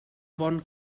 bon